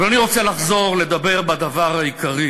אבל אני רוצה לחזור לדבר בדבר העיקרי: